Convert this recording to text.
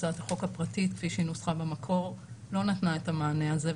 הצעת החוק הפרטית כפי שהיא נוסחה במקור לא נתנה את המענה הזה.